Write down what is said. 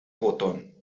botón